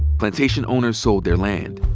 plantation owners sold their land.